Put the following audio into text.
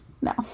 no